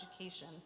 education